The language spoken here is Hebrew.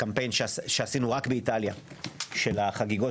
קמפיין שעשינו רק באיטליה של החגיגות